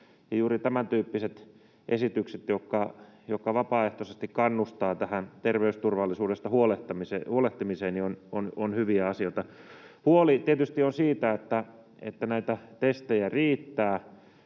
juuri tämäntyyppiset esitykset, jotka vapaaehtoisesti kannustavat tähän terveysturvallisuudesta huolehtimiseen, ovat hyviä asioita. Huoli tietysti on siitä, että näitä testejä riittää.